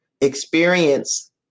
experience